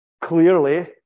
clearly